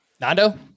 Nando